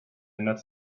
ändert